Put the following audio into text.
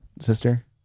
sister